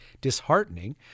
disheartening